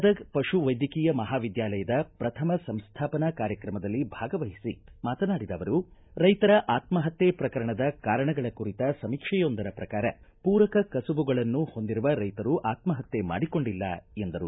ಗದಗ ಪಶು ವೈದ್ಯಕೀಯ ಮಹಾವಿದ್ಯಾಲಯದ ಪ್ರಥಮ ಸಂಸ್ಥಾಪನಾ ಕಾರ್ಯಕ್ರಮದಲ್ಲಿ ಭಾಗವಹಿಸಿ ಮಾತನಾಡಿದ ಅವರು ರೈತರ ಆತ್ಮಪತ್ಯ ಪ್ರಕರಣದ ಕಾರಣಗಳ ಕುರಿತ ಸಮೀಕ್ಷೆಯೊಂದರ ಪ್ರಕಾರ ಪೂರಕ ಕಸಬುಗಳನ್ನು ಹೊಂದಿರುವ ರೈತರು ಆತ್ಮಪತ್ಯ ಮಾಡಿಕೊಂಡಿಲ್ಲ ಎಂದರು